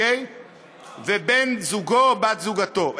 ובן-זוגו או בת-זוגו,